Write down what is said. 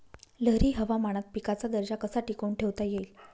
लहरी हवामानात पिकाचा दर्जा कसा टिकवून ठेवता येईल?